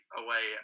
away